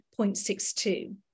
0.62